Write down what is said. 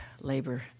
labor